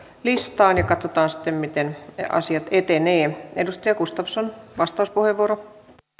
puhelistaan ja katsotaan sitten miten asiat etenevät edustaja gustafsson vastauspuheenvuoro